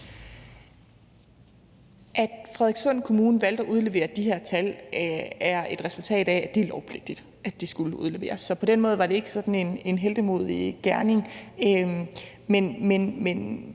At Frederikssund Kommune valgte at udlevere de her tal, er et resultat af, at det er lovpligtigt, at de skulle udleveres. Så på den måde var det ikke sådan en heltemodig gerning. Men